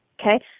Okay